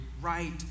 right